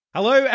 Hello